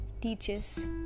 teaches